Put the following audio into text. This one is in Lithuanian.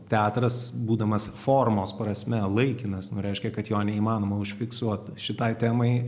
teatras būdamas formos prasme laikinas nu reiškia kad jo neįmanoma užfiksuot šitai temai